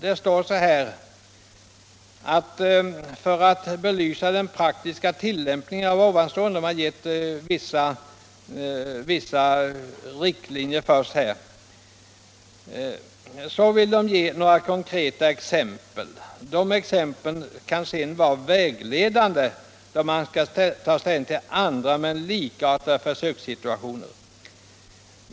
Det står så här, sedan man först har angivit vissa riktlinjer: ”För att belysa den praktiska tillämpningen av ovanstående ges i det följande bedömningar och råd i anslutning till konkreta exempel. Dessa bedömningar kan sedan vara vägledande, då man skall ta ställning till andra men likartade försökssituationer.